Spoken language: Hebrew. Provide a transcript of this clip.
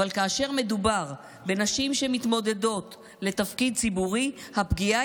אבל כאשר מדובר בנשים שמתמודדות לתפקיד ציבורי הפגיעה